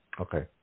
Okay